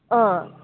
अँ